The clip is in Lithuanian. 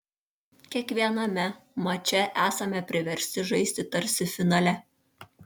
kiekviename mače esame priversti žaisti tarsi finale